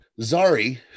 Zari